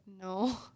no